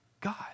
God